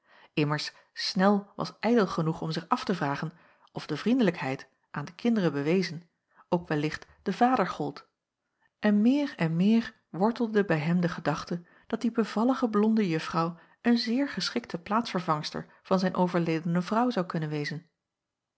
immers snel was ijdel genoeg om zich af te vragen of de vriendelijkheid aan de kinderen bewezen ook wellicht den vader gold en meer en meer wortelde bij hem de gedachte dat die bevallige blonde juffrouw een zeer geschikte plaatsvervangster van zijn overledene vrouw zou kunnen wezen